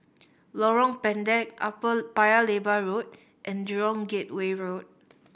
Lorong Pendek Upper Paya Lebar Road and Jurong Gateway Road